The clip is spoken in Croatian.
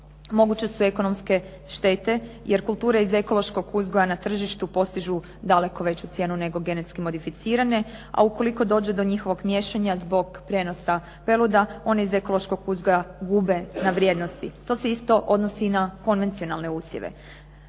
Moguće su ekonomske štete, jer kulture iz ekološkog uzgoja na tržištu postižu daleko veću cijenu nego genetski modificirane, a ukoliko dođe do njihovog miješanja zbog prijenosa peluda one iz ekološkog uzgoja gube na vrijednosti. To se isto odnosi i na konvencionalne usjeve.